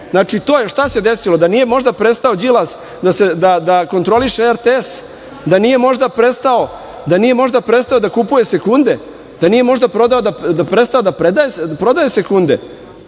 primer, šta se desilo da nije možda prestao Đilas da kontroliše RTS, da nije možda prestao da kupuje sekunde, da nije možda prestao da prodaje sekunde,